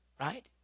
right